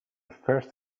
first